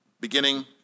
beginning